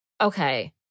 okay